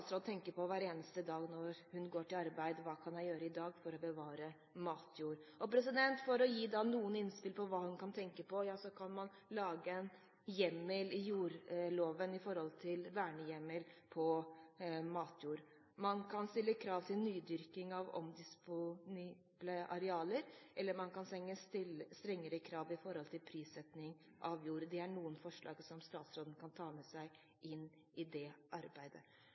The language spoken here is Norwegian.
tenker på hver eneste dag når hun går til arbeid: Hva kan jeg gjøre i dag for å bevare matjord? La meg gi noen innspill til hva hun kan tenke på: Man kan lage en hjemmel i jordloven om vern av matjord. Man kan stille krav om nydyrking av omdisponible arealer, eller man kan stille strengere krav når det gjelder prissetting av jord. Det er noen forslag som statsråden kan ta med seg inn i det arbeidet.